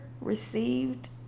received